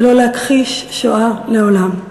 ולא להכחיש שואה לעולם.